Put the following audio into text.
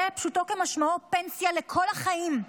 זה, פשוטו כמשמעו, פנסיה לכל החיים.